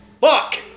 fuck